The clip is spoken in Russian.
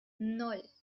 ноль